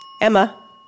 Emma